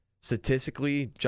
Statistically